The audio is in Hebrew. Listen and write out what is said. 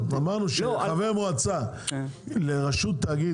אמרנו שחבר מועצה לראשות תאגיד,